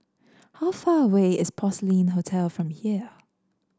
how far away is Porcelain Hotel from here